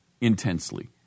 intensely